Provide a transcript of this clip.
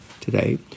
today